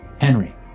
Henry